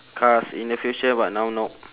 cars in the future but now no